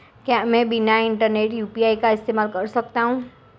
क्या मैं बिना इंटरनेट के यू.पी.आई का इस्तेमाल कर सकता हूं?